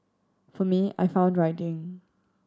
for me I found writing